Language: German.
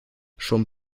schon